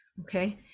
Okay